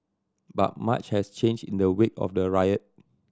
but much has changed in the wake of the riot